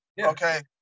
okay